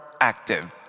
active